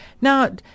Now